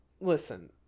Listen